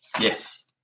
Yes